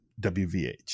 WVH